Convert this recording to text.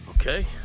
Okay